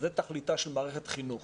זה תכליתה של מערכת חינוך.